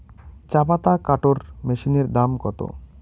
চাপাতা কাটর মেশিনের দাম কত?